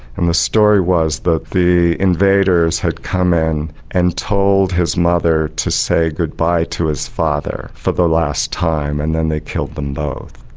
and the story was that the invaders had come in and told his mother to say goodbye to his father for the last time and then they killed them both.